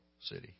city